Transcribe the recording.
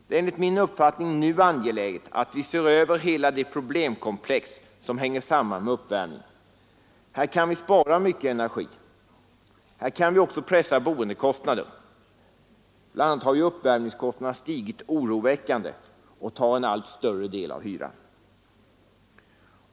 Det är enligt min uppfattning nu angeläget att vi ser över hela det problemkomplex som hänger samman med uppvärmning. Här kan vi spara mycket energi. Här kan vi också pressa boendekostnader. Bl. a. har ju uppvärmningskostnaderna stigit oroväckande och tar en allt större del av hyran.